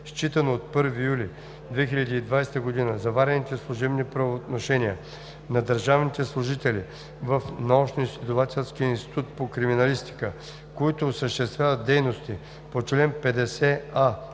Считано от 1 юли 2020 г. заварените служебни правоотношения на държавните служители в Научноизследователския институт по криминалистика, които осъществяват дейности по чл. 50а,